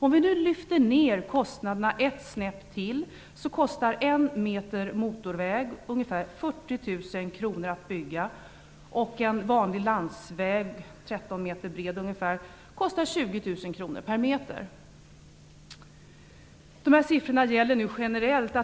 Låt oss lyfta ned kostnaderna ett snäpp. En meter motorväg kostar ungefär 40 000 kr att bygga, och en vanlig landsväg, ungefär 13 meter bred, kostar 20 000 kr per meter. Dessa siffror gäller generellt. Det